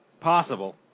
possible